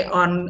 on